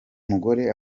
mugore